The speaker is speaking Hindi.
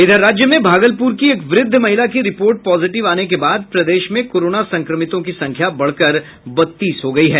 इधर राज्य में भागलपुर की एक वृद्ध महिला की रिपोर्ट पॉजिटिव आने के बाद प्रदेश में कोरोना संक्रमितों की संख्या बढ़कर बत्तीस हो गयी है